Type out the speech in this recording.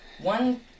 one